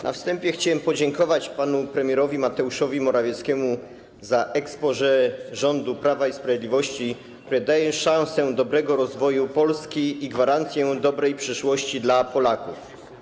Na wstępie chciałbym podziękować panu premierowi Mateuszowi Morawieckiemu za exposé rządu Prawa i Sprawiedliwości, które daje szansę dobrego rozwoju Polski i gwarancję dobrej przyszłości dla Polaków.